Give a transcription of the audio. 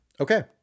Okay